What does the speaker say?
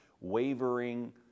wavering